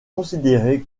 considéré